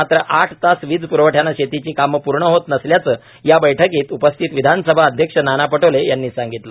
मात्र आठ तास वीज प्रवठ्याने शेतीची कामे पूर्ण होत नसल्याचे या बैठकीस उपस्थित विधानसभा अध्यक्ष नाना पटोले यांनी सांगितले